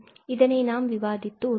இதனை நாம் விவாதித்து உள்ளோம்